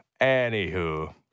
anywho